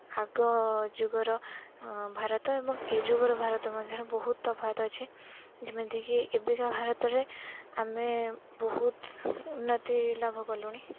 ଆଗ ଯୁଗର ଭାରତ ଏବଂ ଏ ଯୁଗର ଭାରତ ମଧ୍ୟରେ ବହୁତ ତଫାତ ଅଛି ଯେମିତିକି ଏବେକା ଭାରତରେ ଆମେ ବହୁତ ଉନ୍ନତି ଲାଭ କଲୁଣି